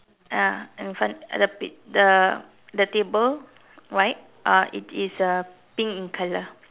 ah in front the p~ the the table right uh it is uh pink in color